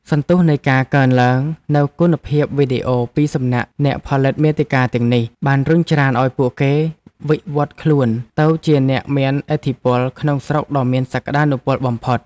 សន្ទុះនៃការកើនឡើងនូវគុណភាពវីដេអូពីសំណាក់អ្នកផលិតមាតិកាទាំងនេះ បានរុញច្រានឱ្យពួកគេវិវឌ្ឍខ្លួនទៅជាអ្នកមានឥទ្ធិពលក្នុងស្រុកដ៏មានសក្តានុពលបំផុត។